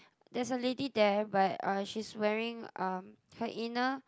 there's a lady there but uh she's wearing uh her inner